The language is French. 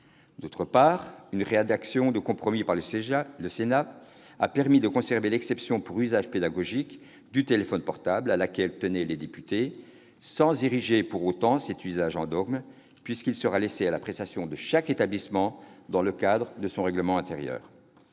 outre, une rédaction de compromis proposée par le Sénat a permis de conserver l'exception pour « usage pédagogique » du téléphone portable, à laquelle tenaient les députés, sans ériger, pour autant, cet usage en dogme, puisqu'il sera laissé à l'appréciation de chaque établissement de le permettre ou non, dans le cadre de son règlement intérieur.